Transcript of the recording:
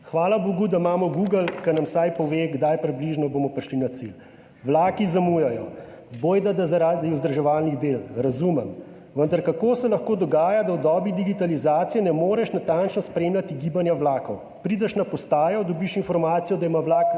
Hvala bogu, da imamo Google, ki nam vsaj pove, kdaj približno bomo prišli na cilj. Vlaki zamujajo. Bojda da zaradi vzdrževalnih del. Razumem, vendar kako se lahko dogaja, da v dobi digitalizacije ne moreš natančno spremljati gibanja vlakov? Prideš na postajo, dobiš informacijo, da ima vlak